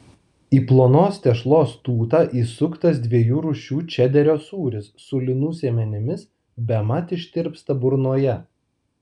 į plonos tešlos tūtą įsuktas dviejų rūšių čederio sūris su linų sėmenimis bemat ištirpsta burnoje